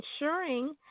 ensuring